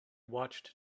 watched